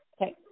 Okay